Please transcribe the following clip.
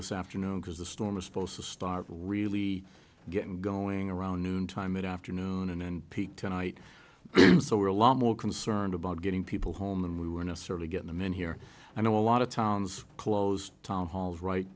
this afternoon because the storm is supposed to start really getting going around noon time mid afternoon and peak tonight so we're a lot more concerned about getting people home than we were necessarily get them in here i know a lot of towns closed town halls right